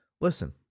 Listen